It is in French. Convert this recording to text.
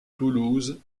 toulouse